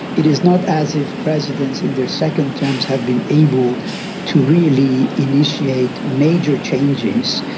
it is not as if presidents in their second terms have been able to really initiate major changes,